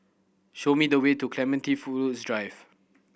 show me the way to Clementi Fool Woods Drive